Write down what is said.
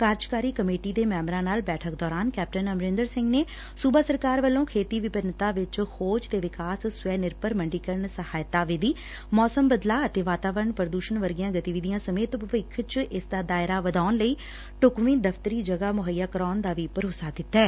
ਕਾਰਜਕਾਰੀ ਕਮੇਟੀ ਦੇ ਮੈਬਰਾਂ ਨਾਲ ਬੈਠਕ ਦੋਰਾਨ ਕੈਪਟਨ ਅਮਰਿੰਦਰ ਸਿੰਘ ਨੇ ਸੁਬਾ ਸਰਕਾਰ ਵੱਲੋਂ ਖੇਤੀ ਵਿਭਿੰਨਤਾ ਵਿਚ ਖੋਜ ਤੇ ਵਿਕਾਸ ਸਵੈ ਨਿਰਭਰ ਮੰਡੀਕਰਨ ਸਹਾਇਤਾ ਵਿਧੀ ਮੌਸਮ ਬਦਲਾਅ ਅਤੇ ਵਾਤਾਵਰਣ ਪੁਦੁਸ਼ਣ ਵਰਗੀਆਂ ਗਤੀਵਿਧੀਆਂ ਸਮੇਤ ਭਵਿੱਖ ਵਿਚ ਇਸ ਦਾ ਦਾਇਰਾ ਵਧਾਉਣ ਲਈ ਢੁਕਵੀਂ ਦਫ਼ਤਰੀ ਜਗਾ ਮੁੱਹਈਆ ਕਰਵਾਉਣ ਦਾ ਵੀ ਭਰੋਸਾ ਦਿੱਤੈ